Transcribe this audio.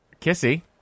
Kissy